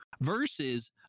versus